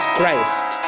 Christ